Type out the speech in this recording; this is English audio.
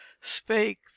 spake